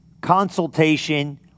consultation